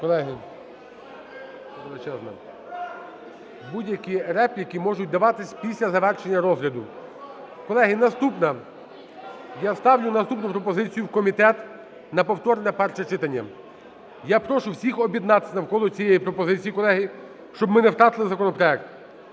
Колеги… Будь-які репліки можуть даватися після завершення розгляду. Колеги, наступна, я ставлю наступну пропозицію: в комітет на повторне перше читання. Я прошу всіх об'єднатися навколо цієї пропозиції, колеги, щоб ми не втратили законопроект.